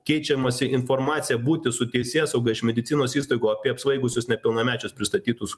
keičiamasi informacija būti su teisėsauga iš medicinos įstaigų apie apsvaigusius nepilnamečiams pristatytus